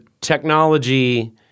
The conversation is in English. technology